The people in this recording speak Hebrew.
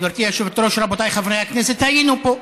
גברתי היושבת-ראש, רבותיי חברי הכנסת, היינו פה,